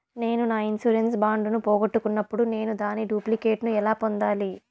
నేను నా insurance bond ను పోగొట్టుకున్నప్పుడు నేను దాని డూప్లికేట్ ను ఎలా పొందాలి?